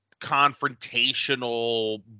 confrontational